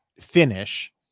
finish